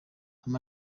ama